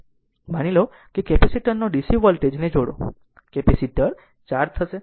માની લો કેપેસિટર ની DC વોલ્ટેજ ને જોડો કેપેસિટર ચાર્જ થશે